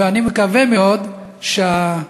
ואני מקווה מאוד שהשופטים,